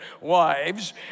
wives